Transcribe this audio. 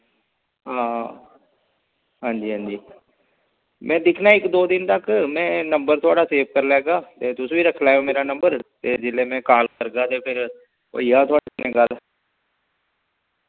हां हांजी हांजी मैं दिक्खना इक दो दिन तक मैं नंबर थोआड़ा सेव कर लैगा ते तुस बी रक्खी लैयो मेरा नंबर ते जिल्लै मैं काल करगा ते फिर होई जाह्ग थुआढ़े नै गल्ल